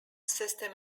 system